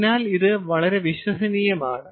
അതിനാൽ ഇത് വളരെ വിശ്വസനീയമാണ്